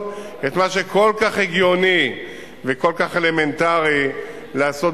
את מה שכל כך הגיוני וכל כך אלמנטרי לעשות.